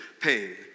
pain